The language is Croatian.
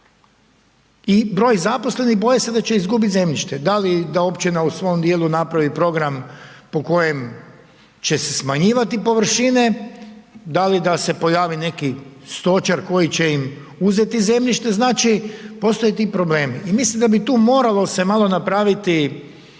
i broj zaposlenih boje se da će izgubiti zemljište. Da li da općina u svom djelu napravi program po kojem će se smanjivati površine, da li da se pojavi neki stočar koji će im uzeti zemljište, znači postoje ti problemi. I mislim da bi se tu moralo malo napraviti